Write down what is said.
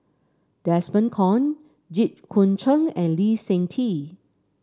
Desmond Kon Jit Koon Ch'ng and Lee Seng Tee